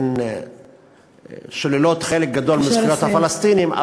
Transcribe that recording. הן שוללות חלק גדול מזכויות הפלסטינים,